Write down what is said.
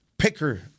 Picker